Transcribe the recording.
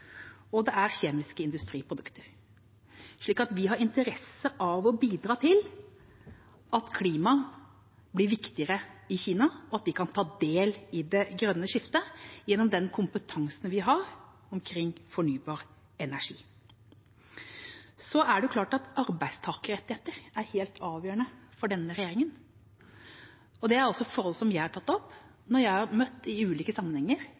vi har interesse av å bidra til at klima blir viktigere i Kina, og at de kan ta del i det grønne skiftet gjennom den kompetansen vi har på fornybar energi. Det er klart at arbeidstakerrettigheter er helt avgjørende for denne regjeringen. Det er også forhold som jeg har tatt opp når jeg i ulike sammenhenger